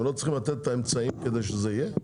לא צריכים לתת את האמצעים כדי שזה יהיה?